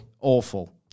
Awful